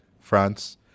france